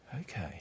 Okay